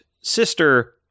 sister